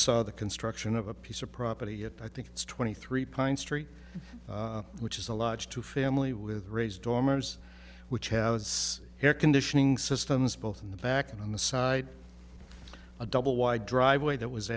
saw the construction of a piece of property at i think it's twenty three pine street which is a lodge two family with ray's dormers which has air conditioning systems both in the back and on the side a double wide driveway that was